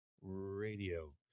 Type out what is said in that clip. radio